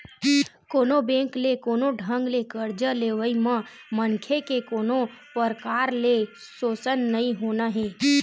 कोनो बेंक ले कोनो ढंग ले करजा लेवई म मनखे के कोनो परकार ले सोसन नइ होना हे